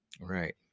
Right